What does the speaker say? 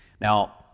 Now